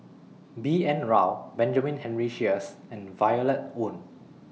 B N Rao Benjamin Henry Sheares and Violet Oon